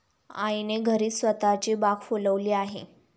आईने घरीच स्वतःची बाग फुलवली आहे